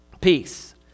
peace